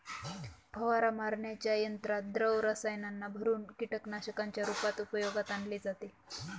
फवारा मारण्याच्या यंत्रात द्रव रसायनांना भरुन कीटकनाशकांच्या रूपात उपयोगात आणले जाते